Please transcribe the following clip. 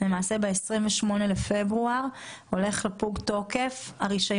למעשה ב-28 בפברואר הרישיון שלהם עומד לפוג תוקף.